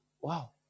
Wow